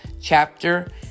chapter